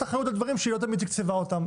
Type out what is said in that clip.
אחריות על דברים שהיא לא תמיד תקצבה אותם.